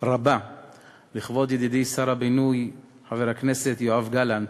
רבה לכבוד ידידי שר הבינוי חבר הכנסת יואב גלנט,